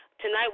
Tonight